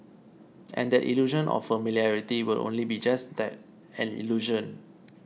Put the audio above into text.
and that illusion of familiarity will only be just that an illusion